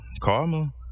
karma